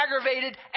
aggravated